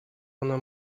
ona